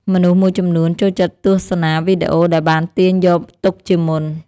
មនុស្សមួយចំនួនចូលចិត្តទស្សនាវីដេអូដែលបានទាញយកទុកជាមុន។